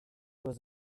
was